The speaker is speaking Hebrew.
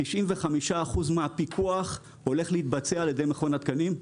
95% מהפיקוח הולך להתבצע על ידי מכון התקנים.